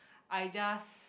I just